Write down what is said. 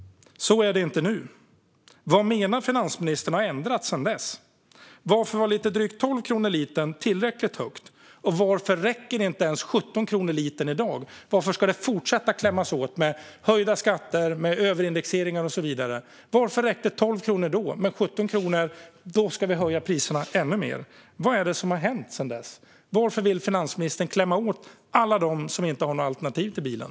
Så är det inte nu. Vad har ändrats sedan dess, enligt finansministern? Varför var drygt 12 kronor per liter tillräckligt högt och varför räcker inte 17 kronor per liter i dag? Varför ska man fortsätta klämma åt med höjda skatter, överindexering och så vidare? Varför räckte 12 kronor då, medan vi ska höja priserna ännu mer när det är 17 kronor? Vad har hänt sedan dess? Varför vill finansministern klämma åt alla dem som inte har några alternativ till bilen?